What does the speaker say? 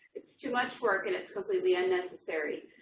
it's too much work, and it's completely unnecessary.